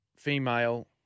Female